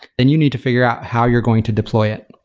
then you need to figure out how you're going to deploy it.